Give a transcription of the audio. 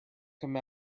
come